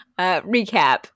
recap